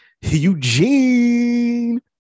Eugene